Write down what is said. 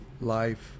life